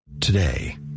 Today